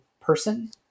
person